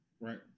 right